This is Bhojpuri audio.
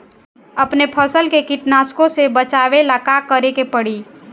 अपने फसल के कीटनाशको से बचावेला का करे परी?